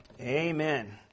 Amen